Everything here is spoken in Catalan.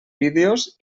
vídeos